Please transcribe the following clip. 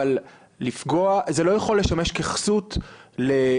אבל זה לא יכול לשמש ככסות לפגיעה